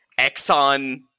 Exxon